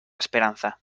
esperanza